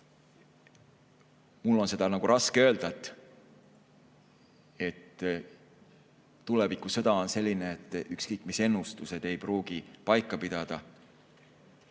Mul on seda raske öelda. Tulevikusõda on selline, et ükski ennustus ei pruugi paika pidada.